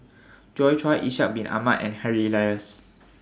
Joi Chua Ishak Bin Ahmad and Harry Elias